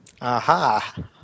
Aha